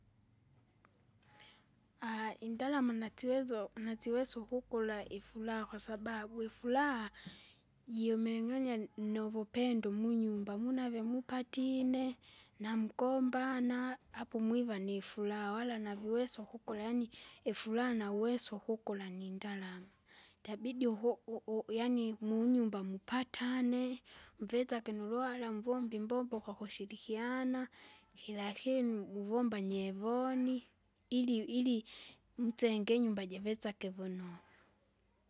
indalama nasiwezo, nasiwezo ukukla ifuraha, kwasababu ifuraha, jiumiling'ania nuvupendo umunyumba munave mupatine, namgombana, apo mwiva nifuraha wala naviwesa ukukula yaani ifuraha nauweso ukukula nindalama. Itabidi uku- u- u- yaani munyumba mupatane, mvizage nuluhara mvomba imbombo kwakushirikiana. Ikira kinu muvomba nyevonuni, ili ili, msenge inyumba jivesake vunonu.